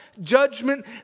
judgment